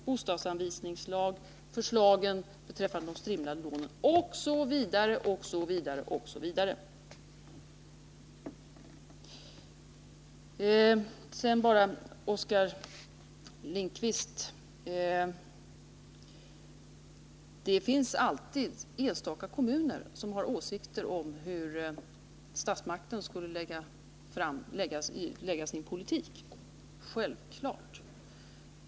bostadsanvisningslagen, förslagen beträffande de strimlade lånen osv. Till Oskar Lindkvist vill jag säga att det självfallet alltid finns enstaka kommuner som har åsikter om hur statsmakterna bör föra sin politik.